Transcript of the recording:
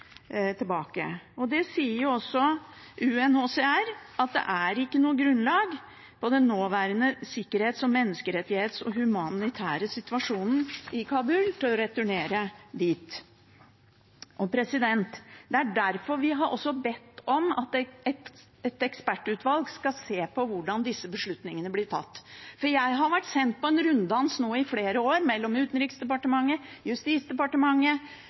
tilbake. Også UNHCR sier at det i den nåværende sikkerhetssituasjonen, menneskerettighetssituasjonen og humanitære situasjonen i Kabul ikke er noe grunnlag for å returnere dit. Det er derfor vi også har bedt om at et ekspertutvalg skal se på hvordan disse beslutningene blir tatt. Jeg har i flere år blitt sendt på en